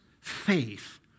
faith